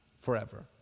forever